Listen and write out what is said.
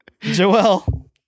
Joel